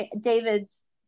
David's